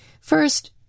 First